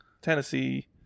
Tennessee